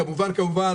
כמובן,